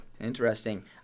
Interesting